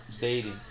dating